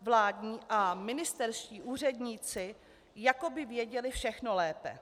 Vládní a ministerští úředníci jako by věděli všechno lépe.